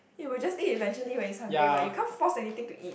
it would just eat eventually when it's hungry what you can't force anything to eat